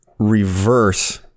Reverse